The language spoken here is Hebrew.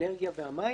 האנרגיה והמים.